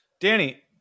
Danny